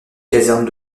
caserne